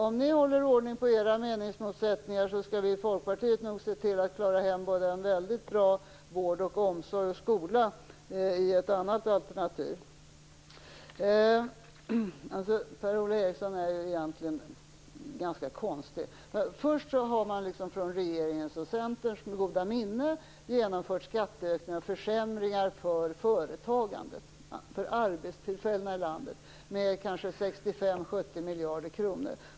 Om ni håller ordning på era meningsmotsättningar skall vi i Folkpartiet nog se till att i ett annat alternativ klara en väldigt bra vård, omsorg och skola. Per-Ola Eriksson är egentligen ganska konstig. Först har regeringen med Centerns goda minne genomfört skatteökningar och försämringar för företagandet och för arbetstillfällena i landet med 65-70 miljarder kronor.